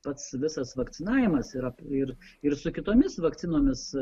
pats visas vakcinavimas yra ir ir su kitomis vakcinomis